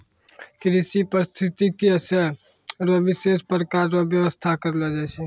कृषि परिस्थितिकी से खेती रो विशेष प्रकार रो व्यबस्था करलो जाय छै